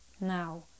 now